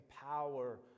power